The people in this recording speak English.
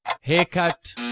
Haircut